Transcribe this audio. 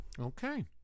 Okay